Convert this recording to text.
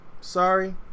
sorry